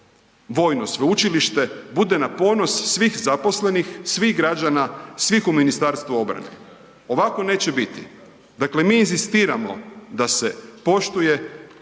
vojno sveučilište bude na ponos svih zaposlenih, svih građana, svih u Ministarstvu obrane. Ovako neće biti. Dakle, mi inzistiramo da se poštuje